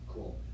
Cool